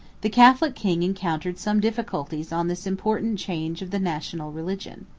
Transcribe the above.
the catholic king encountered some difficulties on this important change of the national religion.